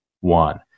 one